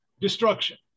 destruction